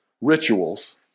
rituals